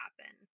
happen